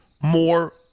more